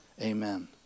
Amen